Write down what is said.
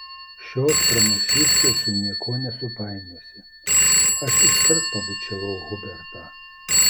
šios pranašystės su niekuo nesupainiosi aš iškart pabučiavau hubertą